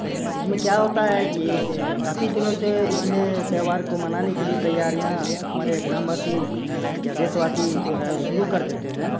इसमें क्या होता है कि काफ़ी दिनों से इसमें त्योहार को मनाने के लिए तैयारियाँ हमारे ग्रामवासी देशवासी जो है शुरू कर देते हैं